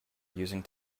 using